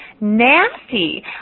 nasty